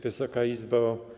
Wysoka Izbo!